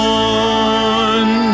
one